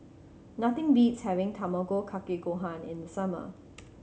nothing beats having Tamago Kake Gohan in the summer